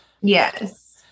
Yes